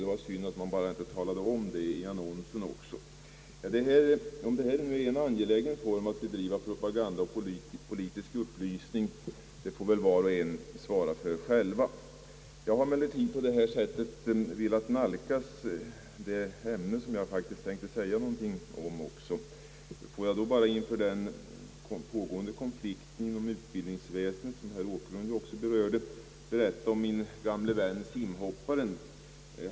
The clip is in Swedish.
Det var synd att man inte talade om detta i annonsen. Om detta nu är en angelägen form att driva propaganda och politisk upplysning i får var och en svara för själv. Jag har på detta sätt velat nalkas det ämne som jag hade tänkt säga något om. Får jag då inför den pågående konflikten inom utbildningsväsendet berätta om min gamle vän simhopparen.